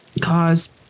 cause